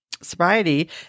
sobriety